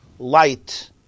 Light